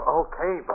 okay